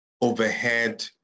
overhead